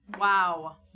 Wow